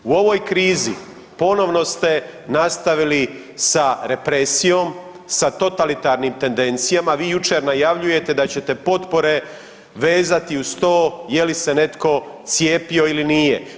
U ovoj krizi ponovno ste nastavili sa represijom, sa totalitarnim tendencijama, vi jučer najavljujete da ćete potpore vezati uz tog je li se netko cijepio ili nije.